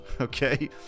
okay